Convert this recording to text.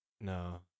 No